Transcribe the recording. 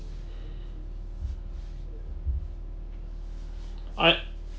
I